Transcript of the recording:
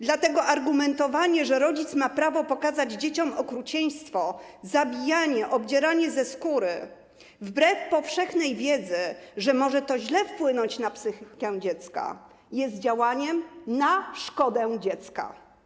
Dlatego argumentowanie, że rodzic ma prawo pokazać dzieciom okrucieństwo, zabijanie, obdzieranie ze skóry wbrew powszechnej wiedzy, że może to źle wpłynąć na psychikę dziecka, jest działaniem na szkodę dziecka.